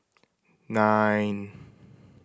nine